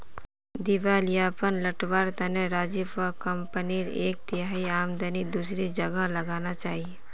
दिवालियापन टलवार तने राजीवक कंपनीर एक तिहाई आमदनी दूसरी जगह लगाना चाहिए